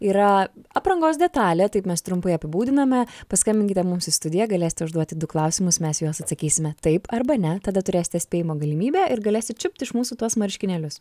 yra aprangos detalė taip mes trumpai apibūdiname paskambinkite mums į studiją galėsite užduoti du klausimus mes į juos atsakysime taip arba ne tada turėsite spėjimo galimybę ir galėsit čiupt iš mūsų tuos marškinėlius